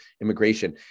immigration